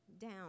down